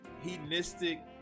hedonistic